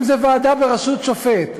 אם זו ועדה בראשות שופט,